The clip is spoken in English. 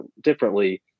differently